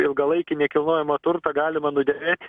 ilgalaikį nekilnojamą turtą galima nudėvėti